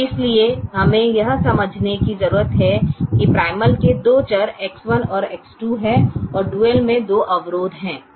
इसलिए हमें यह समझने की जरूरत है कि प्राइमल के दो चर X1 और X2 हैं डुअल में दो अवरोध हैं